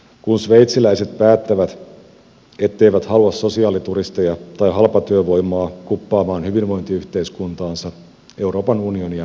kun sveitsiläiset päättävät etteivät halua sosiaalituristeja tai halpatyövoimaa kuppaamaan hyvinvointiyhteiskuntaansa euroopan unionia kiukuttaa